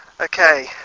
Okay